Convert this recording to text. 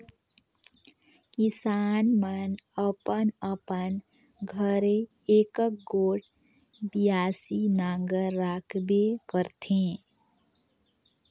किसान मन अपन अपन घरे एकक गोट बियासी नांगर राखबे करथे